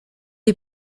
est